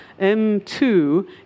M2